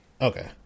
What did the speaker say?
Okay